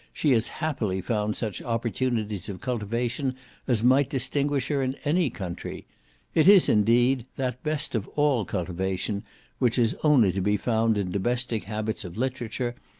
she has happily found such opportunities of cultivation as might distinguish her in any country it is, indeed, that best of all cultivation which is only to be found in domestic habits of literature,